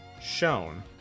Shown